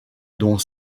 dont